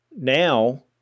now